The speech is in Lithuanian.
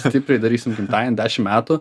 stipriai darysim gimtaienį dešim metų